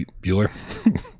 Bueller